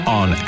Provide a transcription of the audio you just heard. on